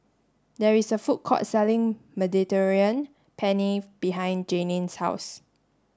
there is a food court selling Mediterranean Penne behind Janine's house